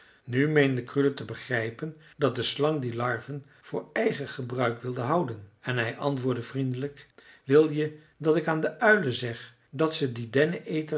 nu meende krule te begrijpen dat de slang die larven voor eigen gebruik wilde houden en hij antwoordde vriendelijk wil je dat ik aan de uilen zeg dat ze die